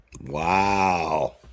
Wow